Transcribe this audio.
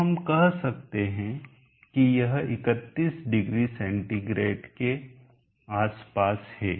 तो हम कह सकते हैं कि यह 310 C के आसपास है